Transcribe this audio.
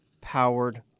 powered